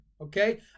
Okay